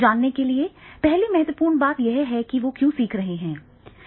जानने के लिए पहली महत्वपूर्ण बात यह है कि वे क्यों सीख रहे हैं